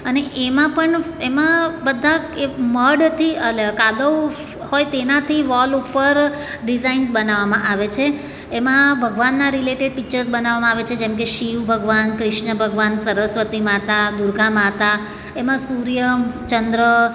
અને એમાં પણ એમાં બધા એ મડથી અલ્યા કાદવ હોય તેનાથી વોલ ઉપર ડિઝાઇન્સ બનાવવામાં આવે છે એમાં ભગવાનના રિલેટેડ પિક્ચર્સ બનાવવામાં આવે છે જેમકે શિવ ભગવાન કૃષ્ણ ભગવાન સરસ્વતી માતા દુર્ગા માતા એમાં સૂર્ય ચંદ્ર